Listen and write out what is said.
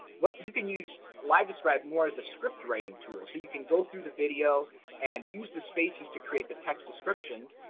what you can use livedescribe more as script-writing tool. so you can go through the video and use the spaces to create the text description,